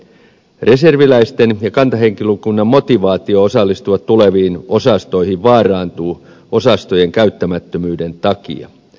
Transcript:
reserviläisten ja kantahenkilökunnan motivaatio osallistua tuleviin osastoihin vaarantuu osastojen käyttämättömyyden takia